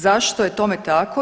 Zašto je tome tako?